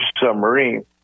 submarine